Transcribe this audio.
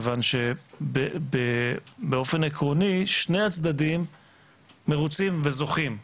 מכיוון שבאופן עקרוני שני הצדדים מרוצים וזוכים,